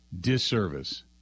disservice